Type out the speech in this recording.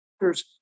doctor's